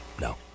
no